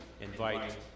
invite